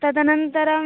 तदनन्तरम्